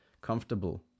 comfortable